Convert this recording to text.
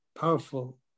powerful